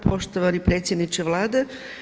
Poštovani predsjedniče Vlade.